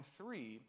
three